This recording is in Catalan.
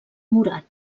morat